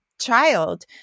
child